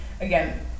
again